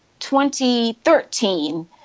2013